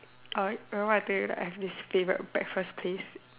alright you remember I told you that I have this favorite breakfast place